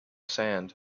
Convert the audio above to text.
sand